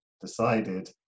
decided